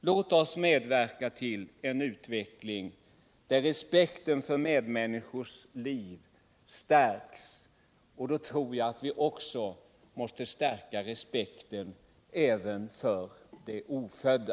Låt oss medverka till en utveckling där respekten för medmänniskors liv stärks — då tror jag att vi också måste stärka respekten för det ofödda.